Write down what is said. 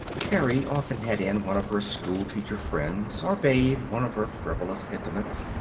carrie often had in one of her schoolteacher friends, or babe one of her frivolous intimates,